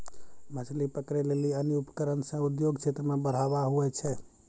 मछली पकड़ै लेली अन्य उपकरण से उद्योग क्षेत्र मे बढ़ावा हुवै छै